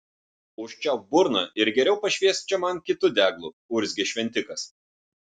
užčiaupk burną ir geriau pašviesk čia man kitu deglu urzgė šventikas